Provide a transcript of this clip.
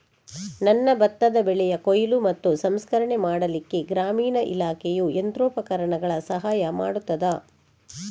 ನನ್ನ ಭತ್ತದ ಬೆಳೆಯ ಕೊಯ್ಲು ಮತ್ತು ಸಂಸ್ಕರಣೆ ಮಾಡಲಿಕ್ಕೆ ಗ್ರಾಮೀಣ ಇಲಾಖೆಯು ಯಂತ್ರೋಪಕರಣಗಳ ಸಹಾಯ ಮಾಡುತ್ತದಾ?